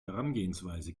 herangehensweise